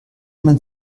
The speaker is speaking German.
man